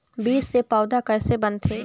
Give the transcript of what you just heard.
बीज से पौधा कैसे बनथे?